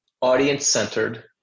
audience-centered